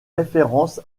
référence